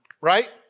right